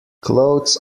clothes